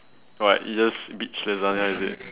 what you just is it